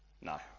No